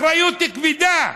אחריות כבדה.